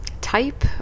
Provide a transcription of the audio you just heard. type